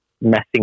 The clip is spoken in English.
messing